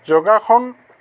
যোগাসন